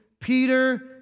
Peter